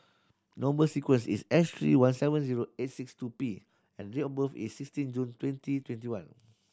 number sequence is S three one seven zero eight six two P and date of birth is sixteen June twenty twenty one